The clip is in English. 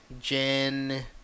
Jen